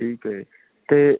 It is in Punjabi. ਠੀਕ ਹੈ ਅਤੇ